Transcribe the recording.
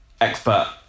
expert